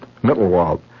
Mittelwald